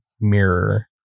mirror